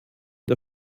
der